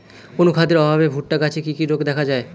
অনুখাদ্যের অভাবে ভুট্টা গাছে কি কি রোগ দেখা যায়?